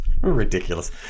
Ridiculous